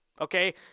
Okay